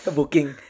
Booking